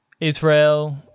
Israel